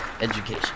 Education